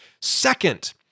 Second